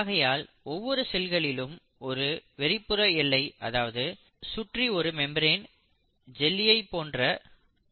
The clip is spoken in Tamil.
ஆகையால் ஒவ்வொரு செல்களிலும் ஒரு வெளிப்புற எல்லை அதாவது சுற்றி ஒரு மெம்பரின் ஜெல்லியை போன்ற